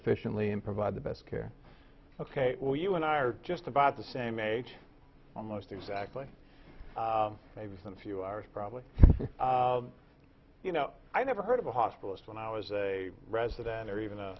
efficiently and provide the best care ok well you and i are just about the same age almost exactly maybe some few are probably you know i never heard of a hospitalist when i was a resident or even a